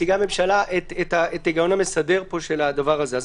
נציגי הממשלה, את ההיגיון המסדר של הדבר הזה.